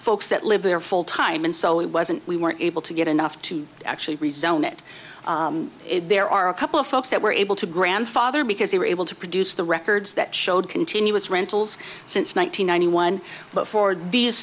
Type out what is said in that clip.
folks that live there full time and so it wasn't we weren't able to get enough to actually rezone it there are a couple of folks that were able to grandfather because they were able to produce the records that showed continuous rentals since one thousand nine hundred one but for these